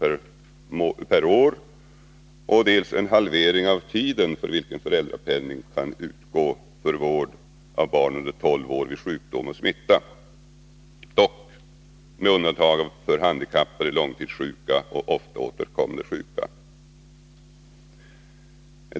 per år, dels en halvering av tiden för vilken föräldrapenning kan utgå för vård av barn under tolv år vid sjukdom eller smitta — dock med undantag för handikappade, långtidssjuka och ofta återkommande sjuka.